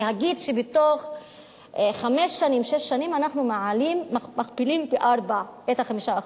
להגיד שבתוך חמש-שש שנים אנחנו מעלים ומכפילים פי-ארבעה את ה-5%,